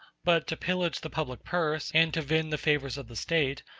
but to pillage the public purse, and to vend the favors of the state,